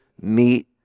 meet